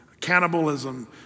cannibalism